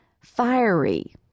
fiery